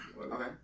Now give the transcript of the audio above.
Okay